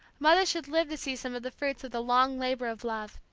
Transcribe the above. mother should live to see some of the fruits of the long labor of love.